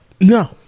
no